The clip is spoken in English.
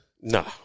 No